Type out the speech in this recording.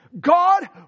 God